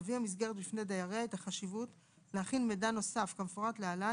תביא המסגרת בפני דייריה את החשיבות להכין מידע נוסף כמפורט להלן,